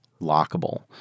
lockable